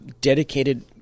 dedicated